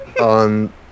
on